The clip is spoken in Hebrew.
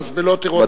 מזבלות עירוניות.